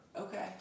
Okay